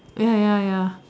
ya ya ya